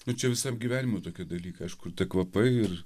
nu čia visam gyvenimui tokie dalykai aišku ir tie kvapai ir